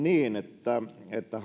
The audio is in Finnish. niin että